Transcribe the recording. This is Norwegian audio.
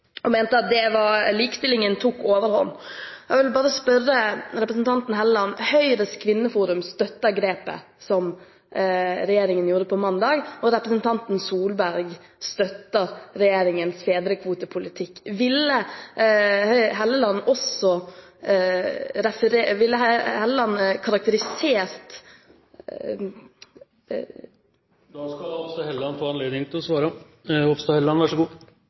og mente at likestillingen tok overhånd. Jeg vil bare spørre representanten Hofstad Helleland: Høyres Kvinneforum støtter grepet som regjeringen gjorde på mandag, og representanten Solberg støtter regjeringens fedrekvotepolitikk. Ville Hofstad Helleland karakterisert … Nå var det litt vanskelig å få